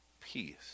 peace